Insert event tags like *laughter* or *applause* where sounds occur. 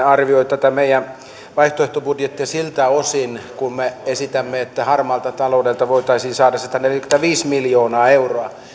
*unintelligible* arvioi tätä meidän vaihtoehtobudjettiamme siltä osin kuin me esitämme että harmaalta taloudelta voitaisiin saada sataneljäkymmentäviisi miljoonaa euroa